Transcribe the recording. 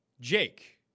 Jake